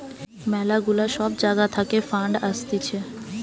ম্যালা গুলা সব জাগা থাকে ফান্ড আসতিছে